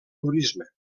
turisme